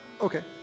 Okay